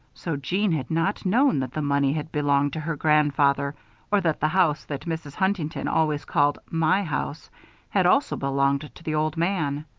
so jeanne had not known that the money had belonged to her grandfather or that the house that mrs. huntington always called my house had also belonged to the old man.